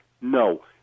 no